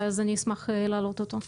אז אני אשמח להעלות אותו.